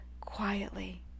quietly